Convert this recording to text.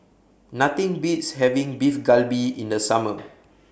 Nothing Beats having Beef Galbi in The Summer